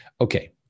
Okay